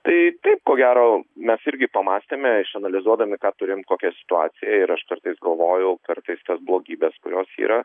tai taip ko gero mes irgi pamąstėme išanalizuodami ką turim kokia situacija ir aš kartais galvojau kartais tos blogybės kurios yra